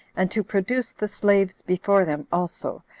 and to produce the slaves before them also,